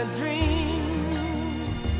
dreams